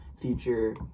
future